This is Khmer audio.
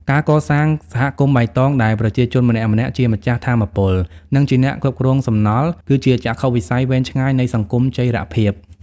ការកសាង "សហគមន៍បៃតង" ដែលប្រជាជនម្នាក់ៗជាម្ចាស់ថាមពល និងជាអ្នកគ្រប់គ្រងសំណល់ គឺជាចក្ខុវិស័យវែងឆ្ងាយនៃសង្គមចីរភាព។